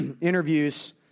interviews